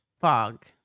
Fog